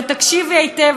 ותקשיבי היטב,